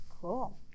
Cool